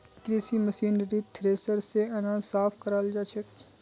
कृषि मशीनरीत थ्रेसर स अनाज साफ कराल जाछेक